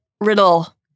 Riddle